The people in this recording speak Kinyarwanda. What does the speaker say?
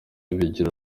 bigira